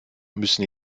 müssen